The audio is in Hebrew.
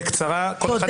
בקצרה כל אחד.